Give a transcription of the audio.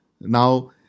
Now